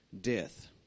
death